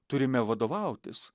turime vadovautis